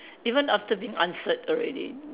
even after being answered already